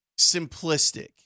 simplistic